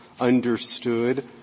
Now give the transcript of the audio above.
understood